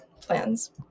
plans